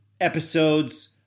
episodes